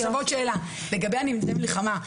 עוד שאלה לגבי נמלטי המלחמה.